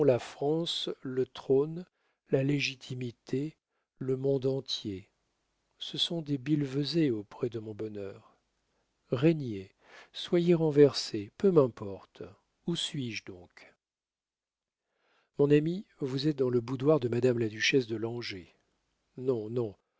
la france le trône la légitimité le monde entier ce sont des billevesées auprès de mon bonheur régnez soyez renversés peu m'importe où suis-je donc mon ami vous êtes dans le boudoir de madame la duchesse de langeais non non